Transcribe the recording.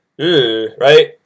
right